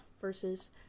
versus